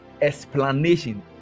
explanation